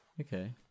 okay